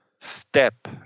step